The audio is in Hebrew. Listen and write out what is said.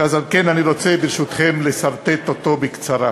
ועל כן אני רוצה, ברשותכם, לסרטט אותו בקצרה.